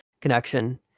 connection